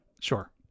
Sure